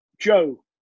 Joe